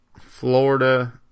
Florida